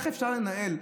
איך אפשר לנהל?